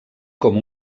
com